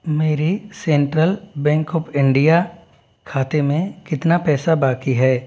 मेरे Central Bank of India खाते में कितना पैसा बाकी है